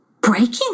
breaking